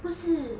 不是